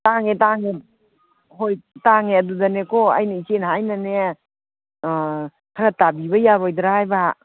ꯇꯥꯡꯉꯦ ꯇꯥꯡꯉꯦ ꯍꯣꯏ ꯇꯥꯡꯉꯦ ꯑꯗꯨꯗꯅꯦꯀꯣ ꯑꯩꯅ ꯏꯆꯦꯅ ꯍꯥꯏꯅꯅꯦ ꯈꯔ ꯇꯥꯕꯤꯕ ꯌꯥꯔꯣꯏꯗ꯭ꯔ ꯍꯥꯏꯕ